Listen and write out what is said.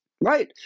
right